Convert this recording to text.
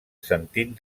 sentit